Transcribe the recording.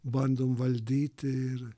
bandom valdyti ir